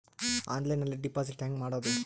ಆನ್ಲೈನ್ನಲ್ಲಿ ಡೆಪಾಜಿಟ್ ಹೆಂಗ್ ಮಾಡುದು?